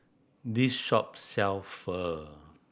this shop sell Pho